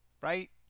right